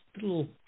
little